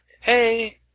Hey